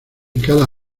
cada